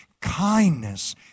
Kindness